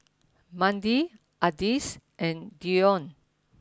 Mandie Ardyce and Deion